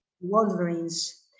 wolverines